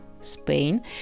Spain